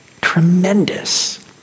Tremendous